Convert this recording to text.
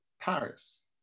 Paris